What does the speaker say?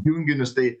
junginius tai